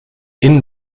inn